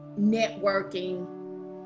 networking